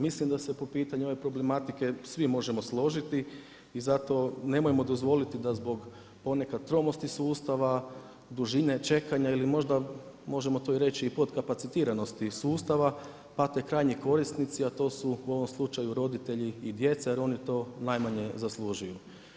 Mislim da se po pitanju ove problematike svi možemo složiti i zato nemojmo dozvoliti da zbog ponekad tromosti sustava, dužine čekanja ili možda možemo to reći podkapacitiranosti sustava pate krajnji korisnici a to su u ovom slučaju roditelji i djeca jer oni to najmanje zaslužuju.